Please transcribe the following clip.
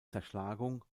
zerschlagung